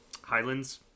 Highlands